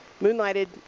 moonlighted